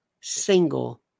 single